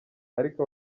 ariko